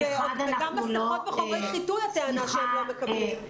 גם המסכות וחומרי חיטוי הם טוענים שהם לא מקבלים.